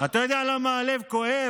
אתה יודע למה הלב כואב?